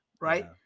right